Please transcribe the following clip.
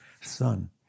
son